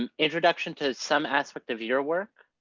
and introduction to some aspect of your work.